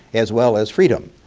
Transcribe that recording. as well as freedom.